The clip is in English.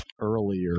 earlier